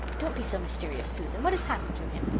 don't be so mysterious, susan. what has happened to him?